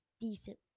decent